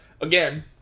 Again